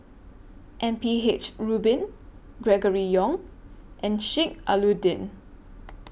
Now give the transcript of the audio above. M P H Rubin Gregory Yong and Sheik Alau'ddin